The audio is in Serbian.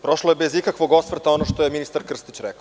Prošlo je bez ikakvog osvrta ono što je ministar Krstić rekao.